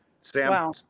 Sam